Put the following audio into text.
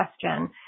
question